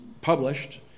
published